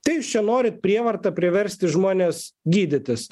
tai jūs čia norit prievarta priversti žmones gydytis